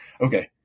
Okay